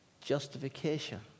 justification